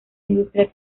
industria